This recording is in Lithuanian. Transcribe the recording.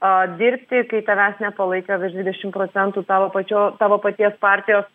a dirbti kai tavęs nepalaiko virš dvidešimt procentų savo pačio savo paties partijos